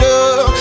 up